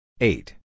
Eight